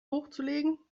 hochzulegen